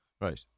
Right